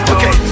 Okay